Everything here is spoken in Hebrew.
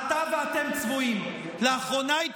עכשיו תראה כמה אתם צבועים,